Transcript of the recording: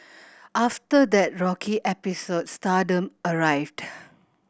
after that rocky episode stardom arrived